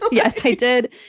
but yes, i did.